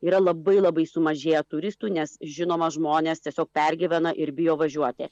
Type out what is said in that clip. yra labai labai sumažėję turistų nes žinoma žmonės tiesiog pergyvena ir bijo važiuoti